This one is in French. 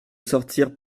sortir